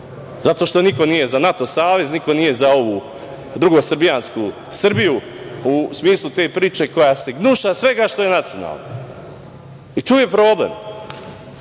zato što niko nije za NATO savez, niko nije za ovu drugosrbijansku Srbiju, u smislu te priče koja se gnuša svega što je nacionalno, i tu je problem. Vi